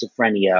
schizophrenia